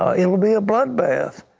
ah it will be a blood bath.